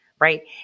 right